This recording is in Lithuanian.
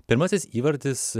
pirmasis įvartis